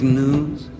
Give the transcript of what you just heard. news